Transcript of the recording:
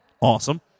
Awesome